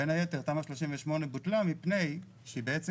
בין היתר תמ"א 38 בוטלה מפני שהיא בעצם